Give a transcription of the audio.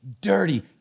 Dirty